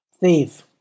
thief